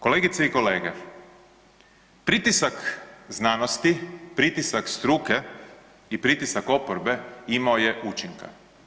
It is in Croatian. Kolegice i kolege, pritisak znanosti, pritisak struke i pritisak oporbe imao je učinka.